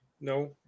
No